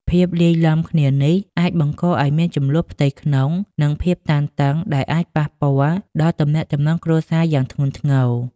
ភាពលាយឡំគ្នានេះអាចបង្កឱ្យមាន ជម្លោះផ្ទៃក្នុង និងភាពតានតឹង ដែលអាចប៉ះពាល់ដល់ទំនាក់ទំនងគ្រួសារយ៉ាងធ្ងន់ធ្ងរ។